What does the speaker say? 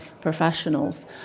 professionals